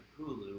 Hulu